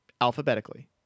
alphabetically